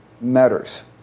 matters